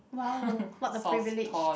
!wow! what a privilege